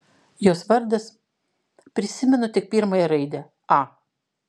jos vardas prisimenu tik pirmąją raidę a